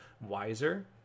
wiser